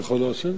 אני יכול להשיב?